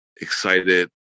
excited